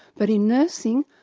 but in nursing,